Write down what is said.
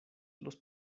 los